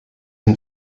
een